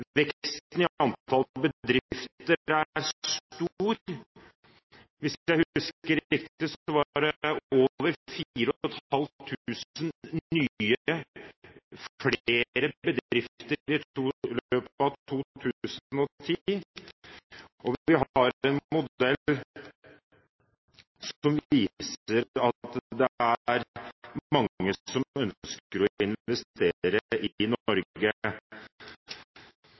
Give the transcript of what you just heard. antall bedrifter er stor. Hvis jeg husker riktig, var det over 4 500 nye bedrifter i løpet av 2010, og vi har en modell som viser at det er mange som ønsker å investere i